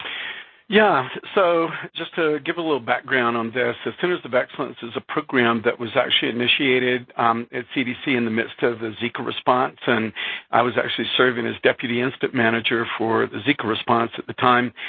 so, just to give a little background on this. the centers of excellence is a program that was actually initiated at cdc in the midst of the zika response. and i was actually serving as deputy incident manager for the zika response at the time.